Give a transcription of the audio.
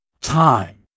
Time